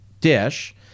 dish